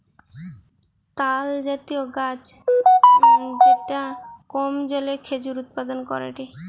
তালজাতীয় গাছ যেটা কম জলে খেজুর উৎপাদন করেটে